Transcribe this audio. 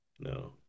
No